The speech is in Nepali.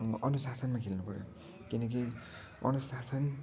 अनुशासनमा खेल्न पऱ्यो किनकि अनुशासन